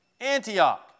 Antioch